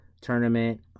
tournament